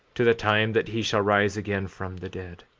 to the time that he shall rise again from the dead.